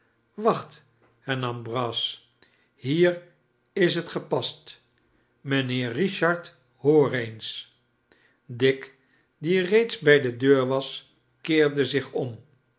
wacht hernam brass hier ishetgepast mijnheer richard hoor eens dick die reeds bij de deur was keerde zich om